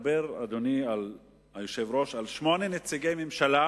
אדוני היושב-ראש, מדבר על שמונה נציגי ממשלה